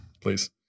Please